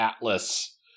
atlas